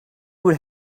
would